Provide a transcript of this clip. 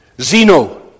Zeno